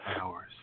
hours